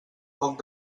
poc